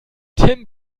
tim